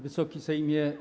Wysoki Sejmie!